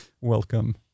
Welcome